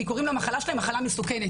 כי קוראים למחלה שלהם מחלה מסוכנת